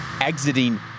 exiting